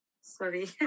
Sorry